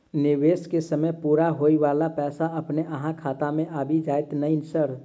निवेश केँ समय पूरा होला पर पैसा अपने अहाँ खाता मे आबि जाइत नै सर?